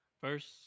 first